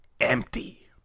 Empty